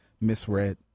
misread